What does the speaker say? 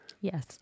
Yes